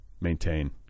maintain